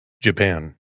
Japan